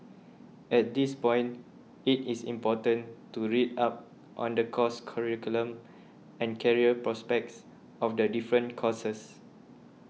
at this point it is important to read up on the course curriculum and career prospects of the different courses